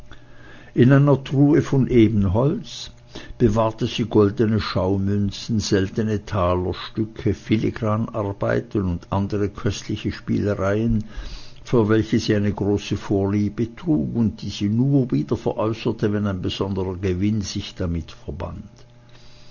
in einer truhe von ebenholz bewahrte sie goldene schaumünzen seltene talerstücke filigranarbeiten und andere köstliche spielereien für welche sie eine große vorliebe trug und die sie nur wieder veräußerte wenn ein besonderer gewinn sich damit verband